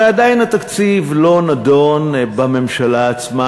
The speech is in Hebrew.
הרי עדיין התקציב לא נדון בממשלה עצמה.